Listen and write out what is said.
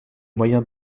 moyen